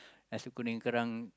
nasi-goreng-kerang